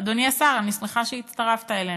אדוני השר, אני שמחה שהצטרפת אלינו.